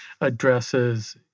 addresses